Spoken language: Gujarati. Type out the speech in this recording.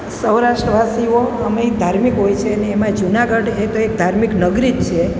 સૌરાષ્ટ્રવાસીઓ આમેય ધાર્મિક હોય છે અને એમાં જુનાગઢ એ તો એક ધાર્મિક નગરી જ છે